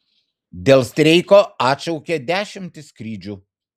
dėl streiko atšaukia dešimtis skrydžių